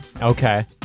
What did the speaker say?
okay